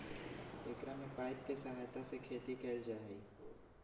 एकरा में पाइप के सहायता से खेती कइल जाहई